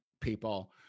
people